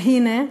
והנה,